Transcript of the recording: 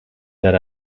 that